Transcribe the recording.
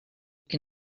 can